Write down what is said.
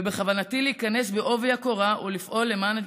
ובכוונתי להיכנס בעובי הקורה ולפעול למען